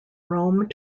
rome